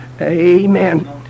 amen